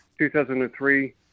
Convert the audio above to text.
2003